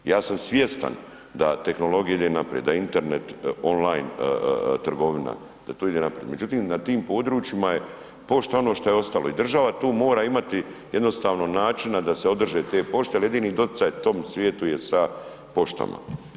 Ja sam svjestan da tehnologija ide naprijed, da Internet online trgovina da to ide naprid, međutim na tim područjima je pošta ono što je ostalo i država tu mora imati jednostavno načina da se održe te pošte jel jedini doticaj tom svijetu je sa poštama.